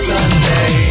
Sunday